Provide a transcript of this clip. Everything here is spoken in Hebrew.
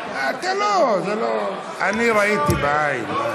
ההצבעה החוזרת,